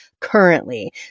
currently